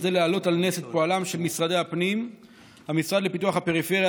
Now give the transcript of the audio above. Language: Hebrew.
כדי להעלות על נס את פועלם של משרד הפנים והמשרד לפיתוח הפריפריה,